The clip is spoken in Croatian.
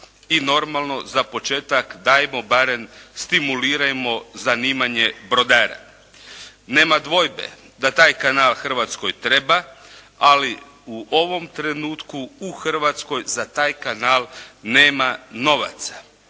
i normalno za početak dajmo barem stimulirajmo zanimanje brodara. Nema dvojbe da taj kanal Hrvatskoj treba, ali u ovom trenutku u Hrvatskoj za taj kanal nema novaca,